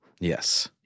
Yes